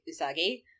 Usagi